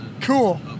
cool